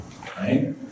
Right